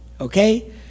okay